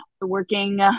working